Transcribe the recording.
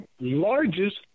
largest